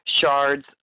shards